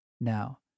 now